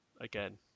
again